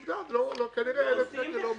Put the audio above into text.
עובדה, כנראה הקנס הזה לא מרתיע.